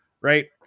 right